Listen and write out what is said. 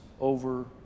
over